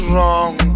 Wrong